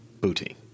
booty